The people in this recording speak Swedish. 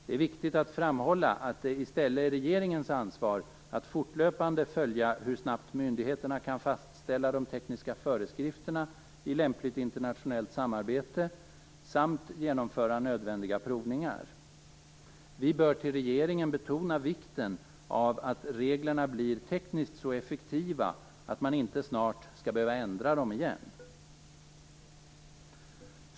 Det är viktigt att framhålla att det i stället är regeringens ansvar att fortlöpande följa hur snabbt myndigheterna kan fastställa de tekniska föreskrifterna i lämpligt internationellt samarbete samt genomföra nödvändiga provningar. Vi bör till regeringen betona vikten av att reglerna tekniskt blir så effektiva att man inte snart behöver ändra dem igen.